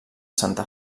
santa